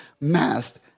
masked